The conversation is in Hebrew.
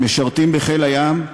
הם משרתים בחיל הים,